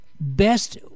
best